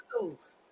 tools